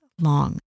long